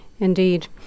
Indeed